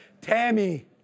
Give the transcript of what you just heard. tammy